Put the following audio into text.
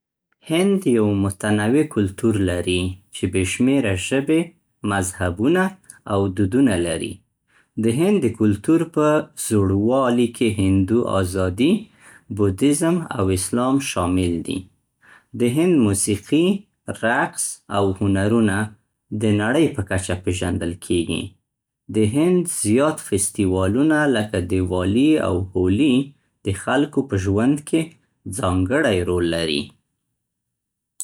هند یو متنوع کلتور لري چې بې شمېره ژبې، مذهبونه، او دودونه لري. د هند د کلتور په زوړوالی کې هندو ازادي، بودیزم او اسلام شامل دي. د هند موسیقي، رقص، او هنرونه د نړۍ په کچه پېژندل کیږي. د هند زیات فستیوالونه لکه دیوالی او هولی د خلکو په ژوند کې ځانګړی رول لري.